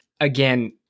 again